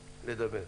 תודה,